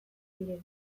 ziren